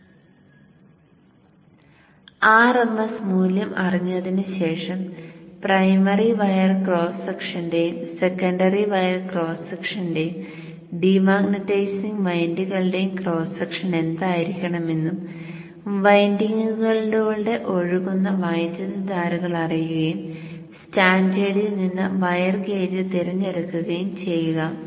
rms മൂല്യം അറിഞ്ഞതിനു ശേഷം പ്രൈമറി വയർ ക്രോസ് സെക്ഷന്റെയും സെക്കൻഡറി വയർ ക്രോസ് സെക്ഷന്റെയും ഡീമാഗ്നെറ്റൈസിംഗ് വൈൻഡിംഗുകൾടെയും ക്രോസ് സെക്ഷൻ എന്തായിരിക്കണം എന്നും വൈൻഡിംഗുകളിലൂടെ ഒഴുകുന്ന വൈദ്യുതധാരകൾ അറിയുകയും സ്റ്റാൻഡേർഡിൽ നിന്ന് വയർ ഗേജ് തിരഞ്ഞെടുക്കുകയും ചെയ്യുക